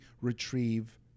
retrieve